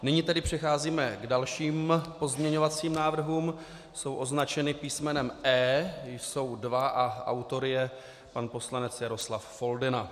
Nyní tedy přecházíme k dalším pozměňovacím návrhům, jsou označeny písmenem E, jsou dva a autorem je pan poslanec Jaroslav Foldyna.